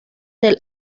del